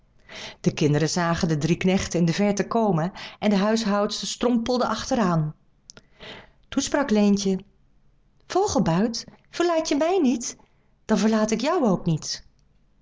de kinderen zagen de drie knechten in de verte komen en de oude huishoudster strompelde achteraan toen sprak leentje vogelbuit verlaat je mij niet dan verlaat ik jou ook niet